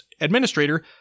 administrator